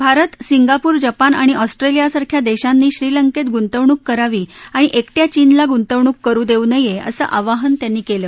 Bharat Singapore Japan आणि ऑस्ट्रेलियासारख्या देशांनी श्रीलंकेत गुंतवणूक करावी आणि एक डिंग चीनला गुंतवणूक करु देऊ नये असं आवाहन त्यांनी केलं